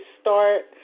start